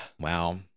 Wow